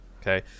okay